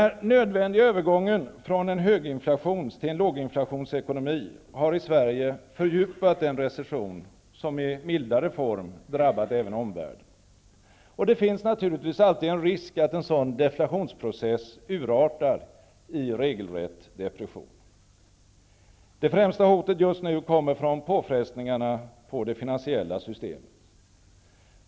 Den nödvändiga övergången från en höginflationstill en låginflationsekonomi har i Sverige fördjupat den recession som i mildare form drabbat även omvärlden. Det finns naturligtvis alltid en risk att en sådan deflationsprocess urartar i regelrätt depression. Det främsta hotet just nu kommer från påfrestningarna på det finansiella systemet.